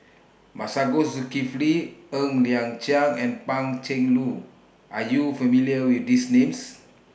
Masagos Zulkifli Ng Liang Chiang and Pan Cheng Lui Are YOU familiar with These Names